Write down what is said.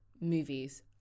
movies